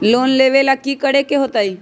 Loan लेबे ला की कि करे के होतई?